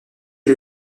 est